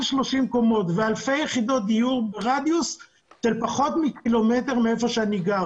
30 קומות ואלפי יחידות דיור ברדיוס של פחות מקילומטר מהיכן שאני גר,